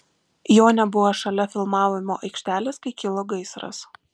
jo nebuvo šalia filmavimo aikštelės kai kilo gaisras